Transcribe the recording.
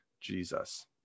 Jesus